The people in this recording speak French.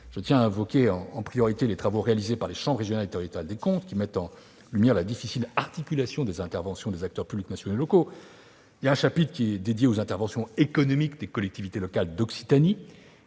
je tiens à évoquer en priorité les travaux réalisés par les chambres régionales et territoriales des comptes. Ceux-ci mettent en lumière l'articulation parfois difficile des interventions des acteurs publics nationaux et locaux. Le chapitre dédié aux interventions économiques des collectivités locales d'Occitanie